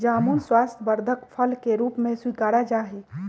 जामुन स्वास्थ्यवर्धक फल के रूप में स्वीकारा जाहई